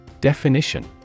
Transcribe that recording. Definition